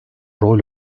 rol